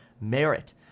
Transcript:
merit